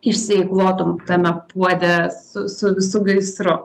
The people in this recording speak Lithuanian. išsieikvotų tame puode su su visu gaisru